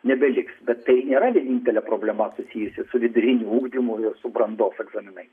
nebeliks bet tai nėra vienintelė problema susijusi su viduriniu ugdymo ir su brandos egzaminais